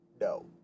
No